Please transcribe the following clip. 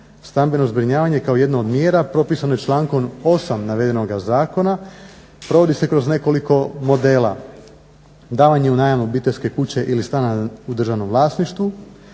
Stambeno zbrinjavanje kao jedna od mjera propisano je člankom 8. navedenoga zakona provodi se kroz nekoliko modela davanje u najam obiteljske kuće ili stana u državnom vlasništvu,